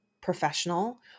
professional